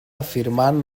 afirmant